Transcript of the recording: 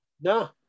No